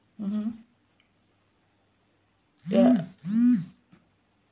mmhmm ya